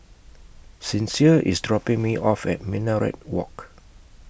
Sincere IS dropping Me off At Minaret Walk